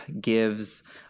gives